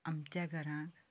आमच्या घरांत